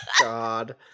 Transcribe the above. god